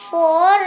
Four